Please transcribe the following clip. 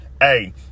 Hey